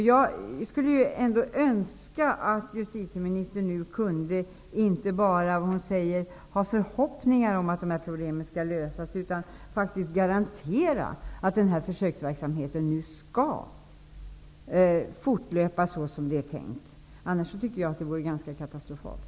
Jag skulle önska att justitieministern nu inte bara, som hon säger, har förhoppningar om att dessa problem skall lösas, utan att hon faktiskt garanterar att den här försöksverksamheten nu skall fortlöpa så som det är tänkt. Annars tycker jag att det vore ganska katastrofalt.